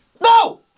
No